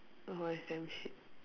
it was damn shit